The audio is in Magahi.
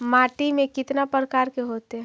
माटी में कितना प्रकार के होते हैं?